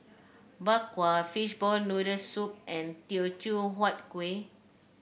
Bak Kwa Fishball Noodle Soup and Teochew Huat Kueh